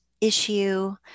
issue